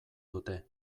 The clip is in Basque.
dute